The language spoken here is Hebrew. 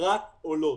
רק עולות.